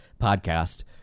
podcast